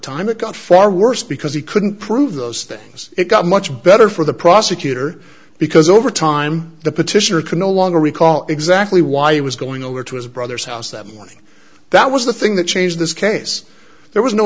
time it got far worse because he couldn't prove those things it got much better for the prosecutor because over time the petitioner could no longer recall exactly why he was going over to his brother's house that morning that was the thing that changed this case there was no